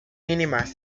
mínimas